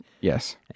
Yes